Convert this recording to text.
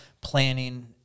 planning